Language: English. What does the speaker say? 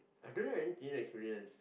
I don't have any tinder experience